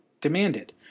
demanded